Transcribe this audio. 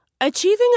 Achieving